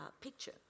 Picture